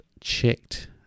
checked